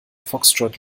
foxtrott